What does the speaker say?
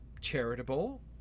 charitable